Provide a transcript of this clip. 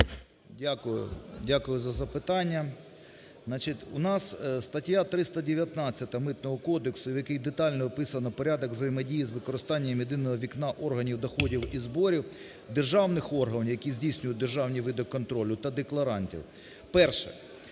Дякую за запитання. Значить, у нас стаття 319 Митного кодексу, в якій детально описано порядок взаємодії з використанням "єдиного вікна" органів доходів і зборів, державних органів, які здійснюють державні види контролю та декларантів. Перше.